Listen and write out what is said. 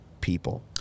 people